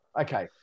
okay